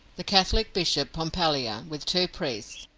the catholic bishop pompallier, with two priests,